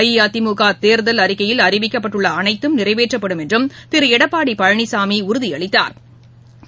அஇஅதிமுகதேர்தல் அறிக்கையில் அறிவிக்கப்பட்டுள்ளஅனைத்தும் நிறைவேற்றப்படும் என்றும் திருஎடப்பாடிபழனிசாமிஉறுதியளித்தாா்